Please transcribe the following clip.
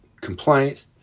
complaint